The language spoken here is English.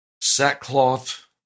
sackcloth